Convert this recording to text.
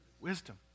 Wisdom